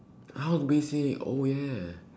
how to basic oh yeah